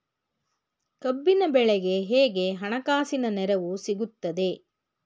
ಕಬ್ಬಿನ ಬೆಳೆಗೆ ಹೇಗೆ ಹಣಕಾಸಿನ ನೆರವು ಸಿಗುತ್ತದೆ?